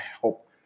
help